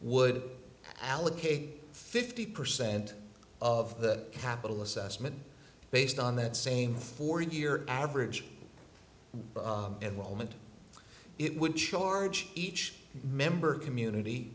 would allocate fifty percent of the capital assessment based on that same four year average in moment it would charge each member community